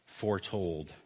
foretold